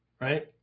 right